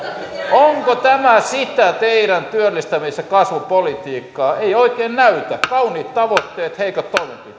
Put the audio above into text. onko tämä sitä teidän työllistämisen ja kasvun politiikkaanne ei oikein näytä siltä kauniit tavoitteet heikot